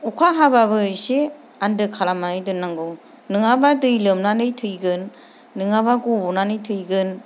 अखा हाब्लाबो एसे आन्दो खालामनानै दोननांगौ नङाब्ला दै लोमनानै थैगोन नङाब्ला गब'नानै थैगोन